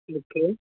okay